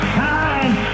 time